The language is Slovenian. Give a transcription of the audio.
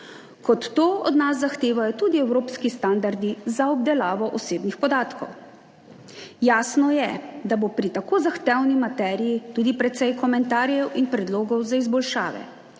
kot to od nas zahtevajo tudi evropski standardi za obdelavo osebnih podatkov. Jasno je, da bo pri tako zahtevni materiji tudi precej komentarjev in predlogov za izboljšave.